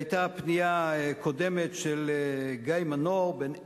היתה פנייה קודמת של גיא מנור, בן עשר,